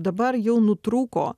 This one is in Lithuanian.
dabar jau nutrūko